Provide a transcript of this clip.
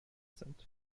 sind